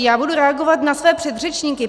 Já budu reagovat na své předřečníky.